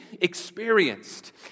experienced